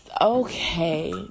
okay